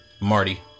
Marty